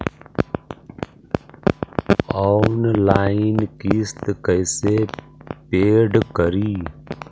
Online किस्त कैसे paid करि?